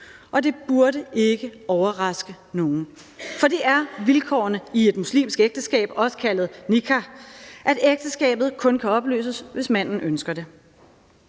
og det burde ikke overraske nogen. For det er vilkårene i et muslimsk ægteskab, også kaldet nikah, at ægteskabet kun kan opløses, hvis manden ønsker det.